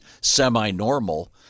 semi-normal